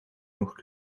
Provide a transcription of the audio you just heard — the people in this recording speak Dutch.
nog